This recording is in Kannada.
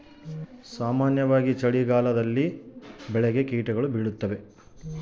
ಸಾಮಾನ್ಯವಾಗಿ ಯಾವ ಸಮಯದಾಗ ಬೆಳೆಗೆ ಕೇಟಗಳು ಬೇಳುತ್ತವೆ?